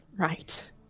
right